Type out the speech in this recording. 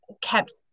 kept